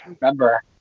remember